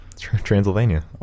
Transylvania